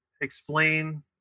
explain